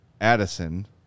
Addison